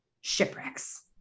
Shipwrecks